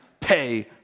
pay